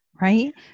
right